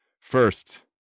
First